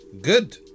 Good